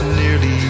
nearly